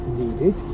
needed